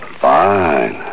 fine